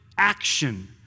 Action